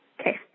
Okay